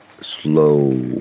slow